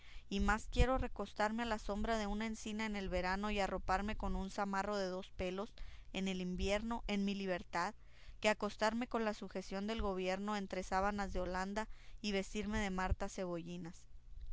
y más quiero recostarme a la sombra de una encina en el verano y arroparme con un zamarro de dos pelos en el invierno en mi libertad que acostarme con la sujeción del gobierno entre sábanas de holanda y vestirme de martas cebollinas